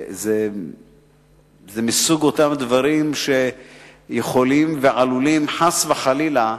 זה מסוג הדברים שיכולים, שעלולים, חס וחלילה,